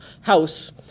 house